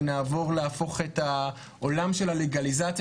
ונעבור להפוך את העולם של הלגליזציה,